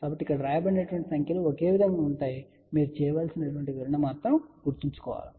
కాబట్టి ఇక్కడ వ్రాయబడిన సంఖ్యలు ఒకే విధంగా ఉంటాయి మీరు చేయవలసిన వివరణ గుర్తుంచుకోండి